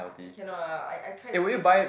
cannot ah I I try to risk